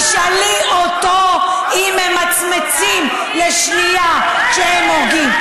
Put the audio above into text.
תשאלי אותו אם הם ממצמצים לשנייה כשהם הורגים,